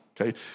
okay